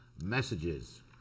messages